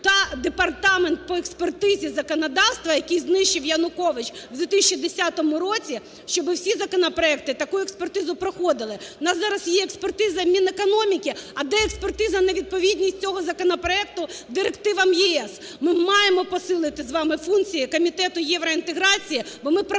та Департамент по експертизі законодавства, який знищив Янукович в 2010 році, щоб всі законопроекти таку експертизу проходили. В нас зараз є експертиза Мінекономіки, а де експертиза на відповідність цього законопроекту директива ЄС? Ми маємо посилити з вами функції Комітету євроінтеграції, бо ми профанацію